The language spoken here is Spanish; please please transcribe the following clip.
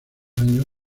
años